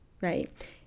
right